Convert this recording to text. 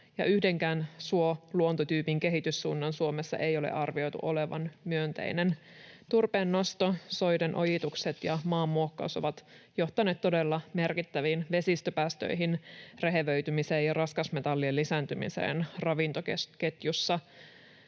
yhdenkään suoluontotyypin kehityssuunnan Suomessa ei ole arvioitu olevan myönteinen. Turpeen nosto, soiden ojitukset ja maan muokkaus ovat johtaneet todella merkittäviin vesistöpäästöihin, rehevöitymiseen ja raskasmetallien lisääntymiseen ravintoketjussa.